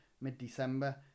mid-December